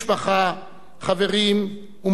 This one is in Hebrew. חברים ומוקירי זכרו,